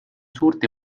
suurt